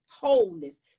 wholeness